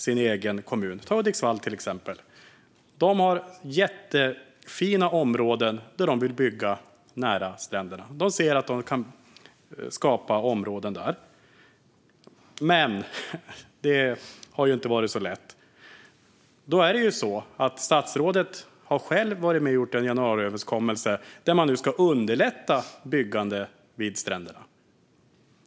Ta till exempel Hudiksvall; de har jättefina områden där de vill bygga nära stränderna. De ser att det går att skapa områden där, men det har inte varit så lätt. Nu har ju statsrådet själv varit med och gjort en januariöverenskommelse som innebär att man ska underlätta byggande vid stränderna.